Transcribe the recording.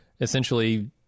essentially